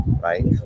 right